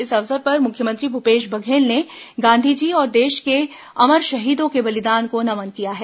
इस अवसर पर मुख्यमंत्री भूपेश बघेल ने गांधी जी और देश के अमर शहीदों के बलिदान को नमन किया है